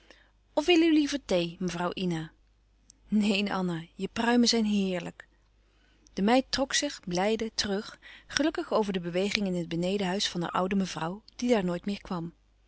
wil ù liever thee mevrouw ina neen anna je pruimen zijn heerlijk de meid trok zich blijde terug gelukkig over de beweging in het benedenhuis van haar oude mevrouw die daar nooit meer kwam